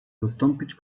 zastąpić